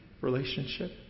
relationship